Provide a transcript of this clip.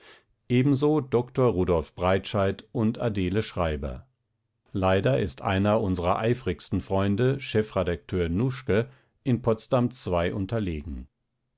ebenso dr rudolf breitscheid und adele schreiber leider ist einer unserer eifrigsten freunde chefredakteur nuschke in potsdam ii unterlegen